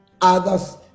others